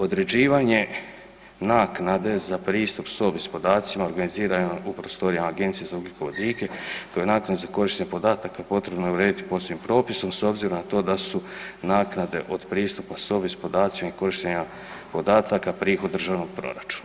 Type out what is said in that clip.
Određivanje naknade za pristup … [[Govornik se ne razumije]] podacima organizirano je u prostorijama Agencije za ugljikovodike koje naknade za korištenje podataka potrebno je urediti posebnim propisom s obzirom na to da su naknade od pristupa SOBIS podacima i korištenja podataka prihod državnog proračuna.